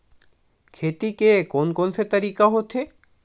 खेती के कोन कोन से तरीका होथे?